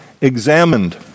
Examined